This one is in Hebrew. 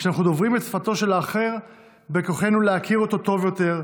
כשאנחנו דוברים את שפתו של האחר בכוחנו להכיר אותו טוב יותר,